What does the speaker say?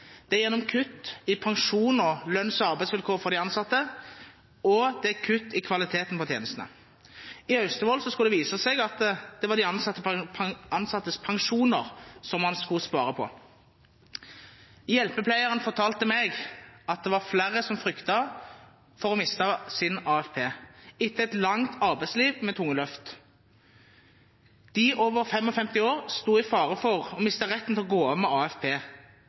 Det er gjennom kutt i pensjon og lønns- og arbeidsvilkår for de ansatte og det er gjennom kutt i kvaliteten på tjenestene. I Austevoll skulle det vise seg at det var ansattes pensjoner som det skulle spares på. Hjelpepleieren fortalte meg at flere fryktet for å miste sin AFP etter et langt arbeidsliv med tunge løft. De over 55 år sto i fare for å miste retten til å gå av med AFP.